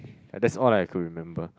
ya that's all I could remember